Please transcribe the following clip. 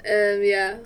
um ya